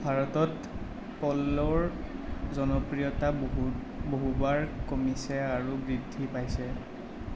ভাৰতত প'ল'ৰ জনপ্ৰিয়তা বহুত বহুবাৰ কমিছে আৰু বৃদ্ধি পাইছে